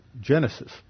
Genesis